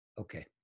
Okay